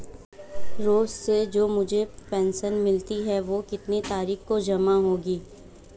रोज़ से जो मुझे पेंशन मिलती है वह कितनी तारीख को जमा होगी?